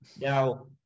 Now